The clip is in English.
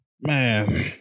Man